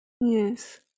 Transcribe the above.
Yes